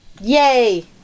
Yay